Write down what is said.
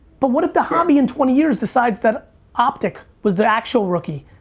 but what if the hobby in twenty years decides that optic was the actual rookie?